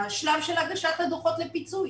בשלב של הגשת הדוחות לפיצוי?